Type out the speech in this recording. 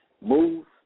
move